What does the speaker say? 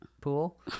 pool